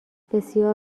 بسیار